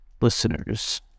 listeners